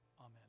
Amen